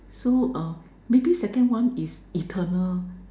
so uh maybe second one is eternal